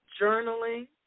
journaling